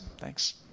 Thanks